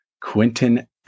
quentin